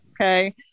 okay